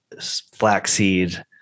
flaxseed